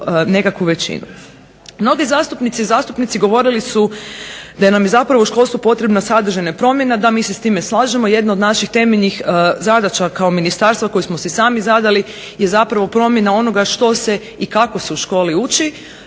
većinu. Mnoge zastupnice i zastupnici govorili su da nam je u školstvu potrebna sadržajna promjena. Da, mi se sa time slažemo. Jedna od naših temeljnih zadaća kao ministarstva koju smo si sami zadali je zapravo promjena onoga što se i kako se u školi uči.